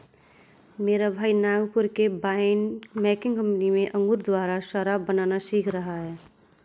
मेरा भाई नागपुर के वाइन मेकिंग कंपनी में अंगूर द्वारा शराब बनाना सीख रहा है